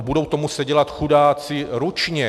Budou to muset dělat chudáci ručně!